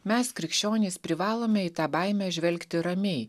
mes krikščionys privalome į tą baimę žvelgti ramiai